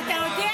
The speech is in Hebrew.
אתה יודע,